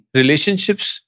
relationships